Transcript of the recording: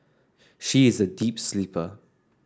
she is a deep sleeper